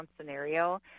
scenario